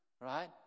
right